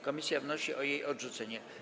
Komisja wnosi o jej odrzucenie.